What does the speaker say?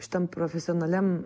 šitam profesionaliam